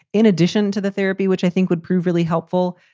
in addition to the therapy, which i think would prove really helpful.